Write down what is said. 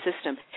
system